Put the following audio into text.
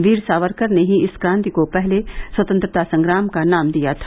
वीर सावरकर ने ही इस क्रांति को पहले स्वतंत्रता संग्राम का नाम दिया था